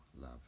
love